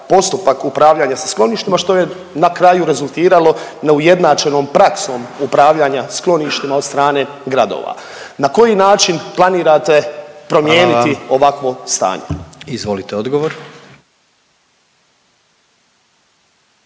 upravljanja sa skloništima, što je na kraju rezultiralo neujednačenom praksom upravljanja skloništima od strane gradova. Na koji način planirate promijeniti ovakvo stanje? **Jandroković,